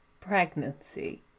pregnancy